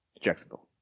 Jacksonville